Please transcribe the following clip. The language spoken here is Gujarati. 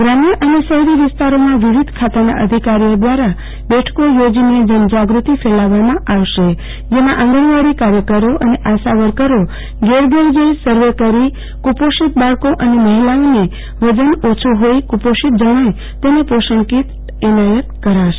ગ્રામ્ય અને શહેરી વિસ્તારોમાં વિવિધ ખાતાના અધિકારીઓ દ્રારા બેઠકો યોજીને જનજાગૃતિ ફેલાવવમાં આવશે જેમા આંગણવાડી કાર્યકરોઆશાવર્કરો ઘેર ઘેર જઈ સર્વે કરી કુપોષિત બાળકો અને મહિલાઓને વજન ઓછુ ફોઈ કુપોષિત જણાય તો પોષણકીટ એનાયત કરાશે